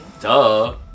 duh